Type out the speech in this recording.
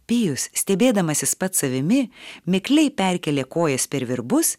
pijus stebėdamasis pats savimi mikliai perkėlė kojas per virbus